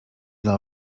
dla